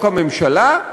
לחוק הממשלה,